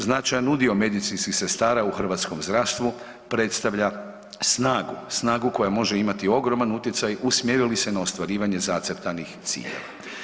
Značajan udio medicinskih sestara u hrvatskom zdravstvu predstavlja snagu, snagu koja može imati ogroman utjecaj usmjeri li se na ostvarivanje zacrtanih ciljeva.